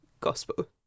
gospel